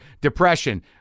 Depression